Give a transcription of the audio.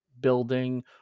building